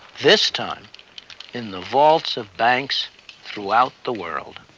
this time in the vaults of banks throughout the world.